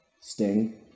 Sting